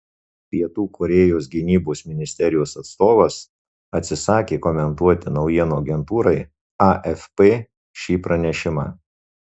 pietų korėjos gynybos ministerijos atstovas atsisakė komentuoti naujienų agentūrai afp šį pranešimą